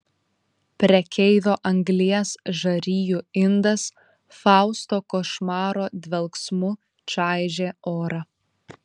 prekeivio anglies žarijų indas fausto košmaro dvelksmu čaižė orą